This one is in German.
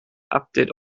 update